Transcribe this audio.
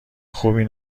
خوبی